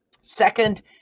second